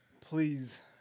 please